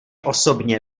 osobně